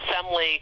assembly